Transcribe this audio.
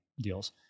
deals